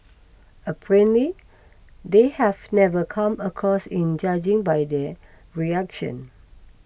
apparently they have never come across in judging by their reaction